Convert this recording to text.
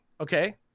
Okay